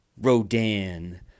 Rodan